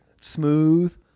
Smooth